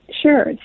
Sure